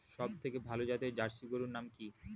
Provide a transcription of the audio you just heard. সবথেকে ভালো জাতের জার্সি গরুর নাম কি?